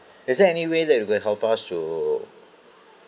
is there any way that you can help us to